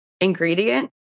ingredient